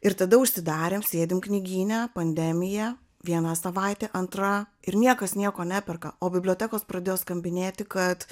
ir tada užsidarėm sėdim knygyne pandemija viena savaitė antra ir niekas nieko neperka o bibliotekos pradėjo skambinėti kad